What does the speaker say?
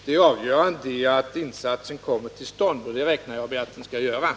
Det avgörande är att insatsen kommer till stånd, och jag räknar med att så skall bli fallet.